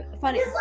funny